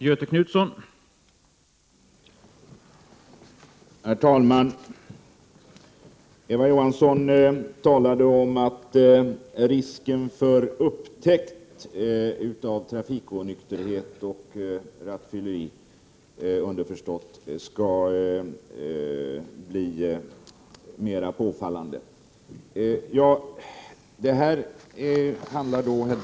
Herr talman! Eva Johansson talade om att risken för upptäckt av trafikonykterhet — och, underförstått, rattfylleri — skall bli mer påfallande.